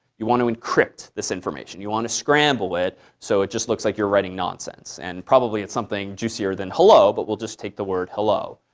you want to encrypt this information. you want to scramble it so it just looks like you're writing nonsense. and probably, it's something juicier than hello, but we'll just take take the word hello.